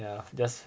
ya just